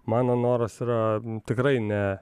mano noras yra tikrai ne